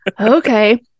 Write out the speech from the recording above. okay